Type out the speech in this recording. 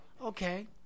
Okay